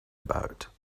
about